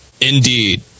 indeed